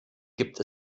gibt